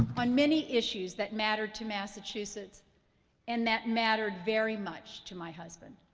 on many issues that mattered to massachusetts and that mattered very much to my husband.